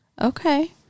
Okay